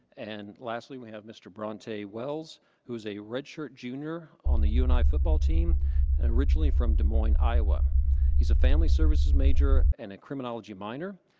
and lastly we have mr. but donte wells who is a redshirt junior on the uni football team originally from des moines, iowa iowa. he has a family services major and a criminology miner.